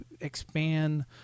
expand